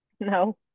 No